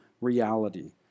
reality